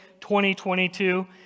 2022